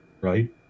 right